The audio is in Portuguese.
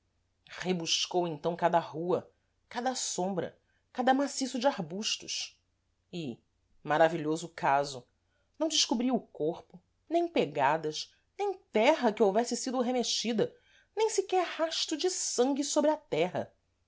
rebuscou então cada rua cada sombra cada maciço de arbustos e maravilhoso caso não descobria o corpo nem pgadas nem terra que houvesse sido remexida nem sequer rasto de sangue sôbre a terra